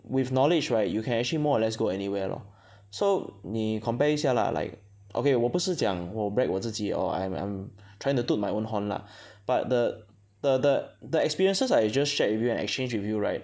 with knowledge right you can actually more or less go anywhere lor so 你 compare 一下 lah like okay 我不是讲我 brag 我自己 or I am I'm trying to toot my own horn lah but the the the the experiences I just shared with you and exchanged with you right